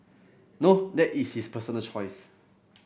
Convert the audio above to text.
no that is his personal choice